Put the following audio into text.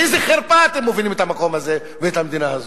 לאיזה חרפה אתם מובילים את המקום הזה ואת המדינה הזאת?